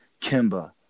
Kimba